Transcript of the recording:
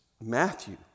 Matthew